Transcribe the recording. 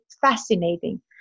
fascinating